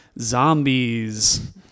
Zombies